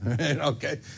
okay